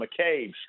McCabe